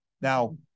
Now